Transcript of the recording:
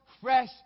fresh